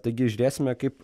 taigi žiūrėsime kaip